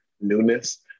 newness